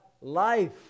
life